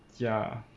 ya